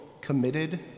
committed